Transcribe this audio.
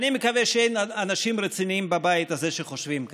אני מקווה שאין אנשים רציניים בבית הזה שחושבים כך.